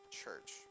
church